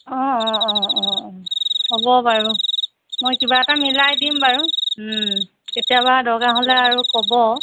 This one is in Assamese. অঁ অঁ অঁ অঁ হ'ব বাৰু মই কিবা এটা মিলাই দিম বাৰু কেতিয়াবা দৰকাৰ হ'লে আৰু ক'ব